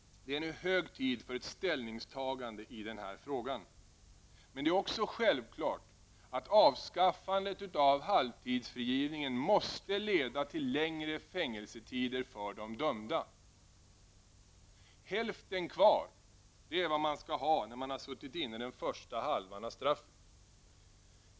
Det är nu hög tid för ett ställningstagande i den här frågan. Men det är också självklart att avskaffandet av halvtidsfrigivningen måste leda till längre fängelsetider för de dömda. ''Hälften kvar'' -- Det är vad man skall ha när man har suttit inne den första halvan av straffet!